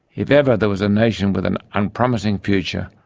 if ever there was a nation with an unpromising future,